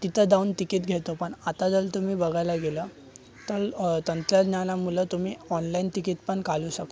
तिथं दावून तिकीत घेतो पण आता जल तुम्ही बघायला गेलं तल तंत्रज्ञानामुलं तुम्ही ऑनलाईन तिकीतपण कालू शकता